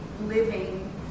living